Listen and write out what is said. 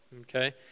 okay